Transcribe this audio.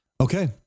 okay